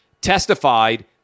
testified